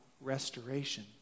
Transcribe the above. restoration